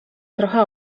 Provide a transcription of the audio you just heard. trochę